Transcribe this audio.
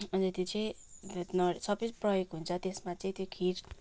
अन्त त्यो चाहिँ सबै प्रयोग हुन्छ त्यसमा चाहिँ त्यो खिर